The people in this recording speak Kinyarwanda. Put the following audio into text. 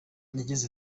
yagize